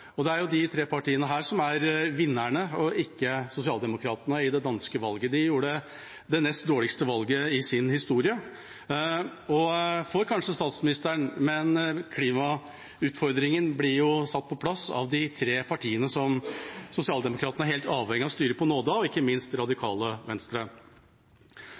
Det er disse tre partiene som er vinnerne i det danske valget, ikke sosialdemokratene. De gjorde det nest dårligste valget i sin historie og får kanskje statsministeren, men klimautfordringen blir satt på plass av de tre partiene som sosialdemokratene er helt avhengige av å styre på nåde av, ikke minst Radikale Venstre.